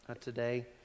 today